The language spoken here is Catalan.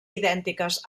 idèntiques